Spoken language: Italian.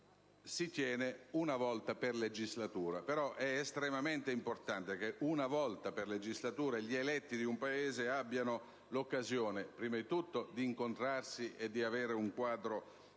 si tiene una volta per legislatura. È estremamente importante che una volta per legislatura gli eletti di un Paese abbiano l'occasione, prima di tutto di incontrarsi e di avere un quadro